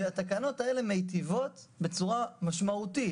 התקנות האלה מיטיבות בצורה משמעותית